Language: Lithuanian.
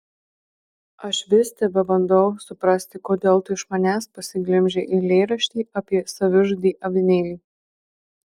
aš vis tebebandau suprasti kodėl tu iš manęs pasiglemžei eilėraštį apie savižudį avinėlį